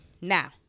Now